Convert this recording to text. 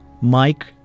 Mike